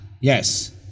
yes